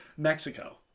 Mexico